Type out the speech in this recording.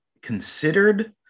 considered